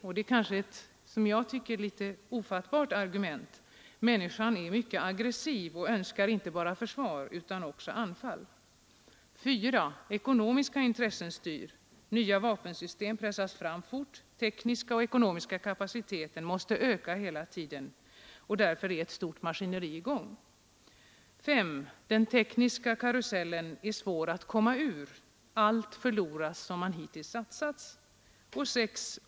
Människan är mycket aggressiv och önskar inte bara försvar utan också anfall — det är ett som jag tycker litet ofattbart argument. 4. Ekonomiska intressen styr. Nya vapensystem pressas fram fort. Den tekniska och ekonomiska kapaciteten måste öka hela tiden, och därför är ett stort maskineri i gång. 5. Den tekniska karusellen är svår att komma ur — allt förloras som man hittills satsat. 6.